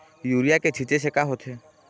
Urea के छींचे से का होथे?